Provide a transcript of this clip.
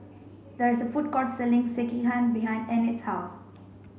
there is a food court selling Sekihan behind Enid's house